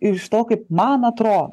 iš to kaip man atrodo